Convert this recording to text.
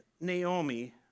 Naomi